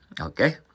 Okay